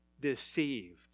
deceived